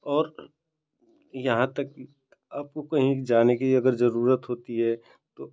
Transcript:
और यहाँ तक कि आपको कहीं जाने की अगर जरूरत होती है तो